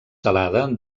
salada